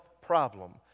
problem